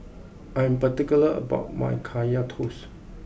I am particular about my Kaya Toast